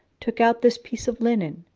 took out this piece of linen,